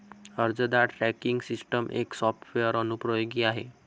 अर्जदार tracking system एक software अनुप्रयोग आहे